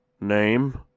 Name